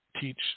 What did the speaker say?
teach